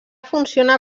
funciona